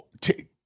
take